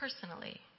personally